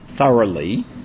thoroughly